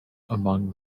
among